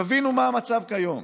תבינו מה המצב כיום: